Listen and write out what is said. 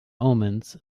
omens